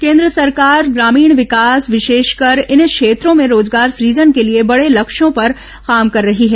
केन्द्र सरकार ग्रामीण विकास विशेषकर इन क्षेत्रों में रोजगार सुजन के लिए बड़े लक्ष्यों पर काम कर रही है